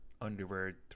underwear